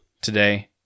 today